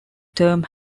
term